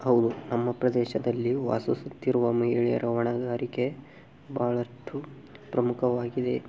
ಹೌದು ನಮ್ಮ ಪ್ರದೇಶದಲ್ಲಿ ವಾಸಿಸುತ್ತಿರುವ ಮಹಿಳೆಯರ ಹೊಣೆಗಾರಿಕೆ ಬಹಳಷ್ಟು ಪ್ರಮುಖವಾಗಿದೆ